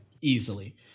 easily